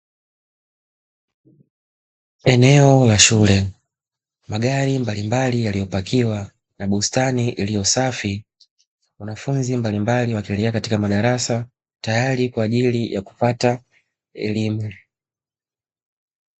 Eneo la shule, magari mbalimbali yaliyopakiwa bustani na iliyo safi. Wanafunzi mbalimbali wa wakiingia katika madarasa, tayari kwa ajili ya kupata elimu.